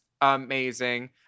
amazing